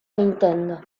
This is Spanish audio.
nintendo